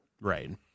right